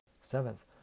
Seventh